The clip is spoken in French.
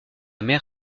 mer